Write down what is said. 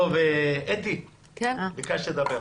אתי, ביקשת לדבר.